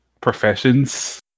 professions